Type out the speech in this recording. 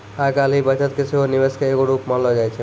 आइ काल्हि बचत के सेहो निवेशे के एगो रुप मानलो जाय छै